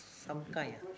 some kind